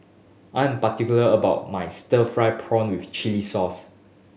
I'm particular about my stir fried prawn with chili sauce